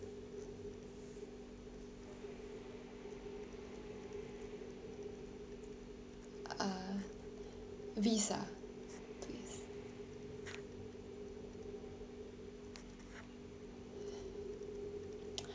uh visa please